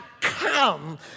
come